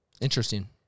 Interesting